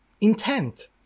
Intent